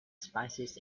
spices